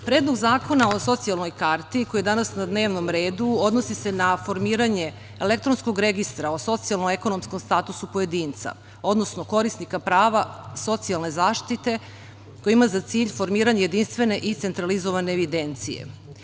Predlog Zakona o socijalnoj karti koji je danas na dnevnom redu odnosi se na formiranje elektronskog registra o socijalno-ekonomskom statusu pojedinca, odnosno korisnika prava socijalne zaštite koja ima za cilj formiranje jedinstvene i centralizovane evidencije.